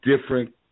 different